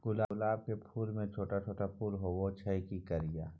गुलाब के फूल में छोट छोट फूल होय छै की करियै?